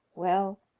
well,